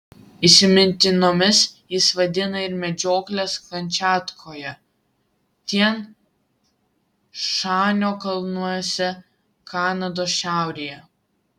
įsimintinomis jis vadina ir medžiokles kamčiatkoje tian šanio kalnuose kanados šiaurėje